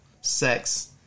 Sex